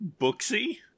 booksy